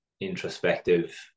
introspective